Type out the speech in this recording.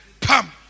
Pam